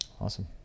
awesome